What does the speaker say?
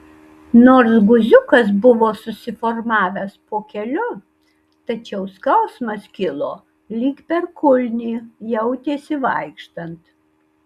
nors guziukas buvo susiformavęs po keliu tačiau skausmas kilo lyg per kulnį jautėsi vaikštant